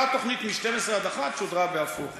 אותה תוכנית מ-12:00 עד 01:00 שודרה בהפוך.